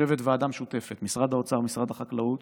שיושבת ועדה משותפת של משרד האוצר, משרד החקלאות